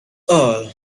all